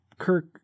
Kirk